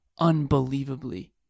unbelievably